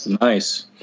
nice